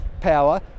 power